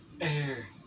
Air